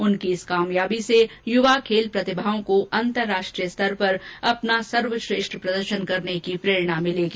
उनकी इस कामयाबी से युवा खेल प्रतिभाओं को अंतरराष्ट्रीय स्तर पर अपना सर्वश्रेष्ठ प्रदर्शन करने की प्रेरणा मिलेगी